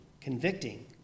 convicting